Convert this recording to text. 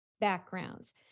backgrounds